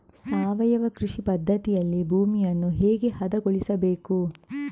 ಸಾವಯವ ಕೃಷಿ ಪದ್ಧತಿಯಲ್ಲಿ ಭೂಮಿಯನ್ನು ಹೇಗೆ ಹದಗೊಳಿಸಬೇಕು?